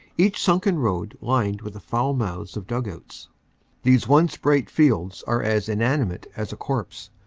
each sunken road lined with the foul mouths of dug-outs these once bright fields are as inani mate as a corpse,